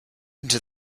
into